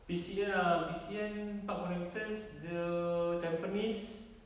P_C_N P_C_N park connectors dia tampines